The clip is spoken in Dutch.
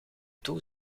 toe